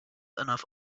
enough